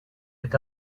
est